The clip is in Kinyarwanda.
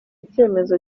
icyemezo